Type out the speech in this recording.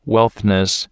Wealthness